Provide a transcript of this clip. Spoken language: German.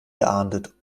geahndet